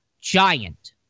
giant